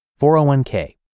401K